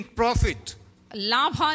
profit